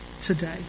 today